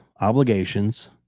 obligations